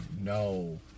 no